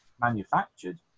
manufactured